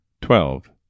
Twelve